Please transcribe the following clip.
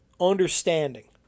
understanding